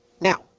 Now